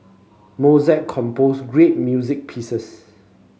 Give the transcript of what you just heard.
Mozart composed great music pieces